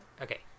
Okay